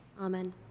amen